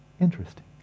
interesting